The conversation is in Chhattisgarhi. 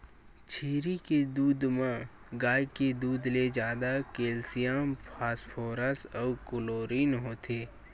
छेरी के दूद म गाय के दूद ले जादा केल्सियम, फास्फोरस अउ क्लोरीन होथे